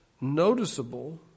noticeable